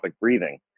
breathing